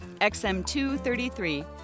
XM233